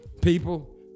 people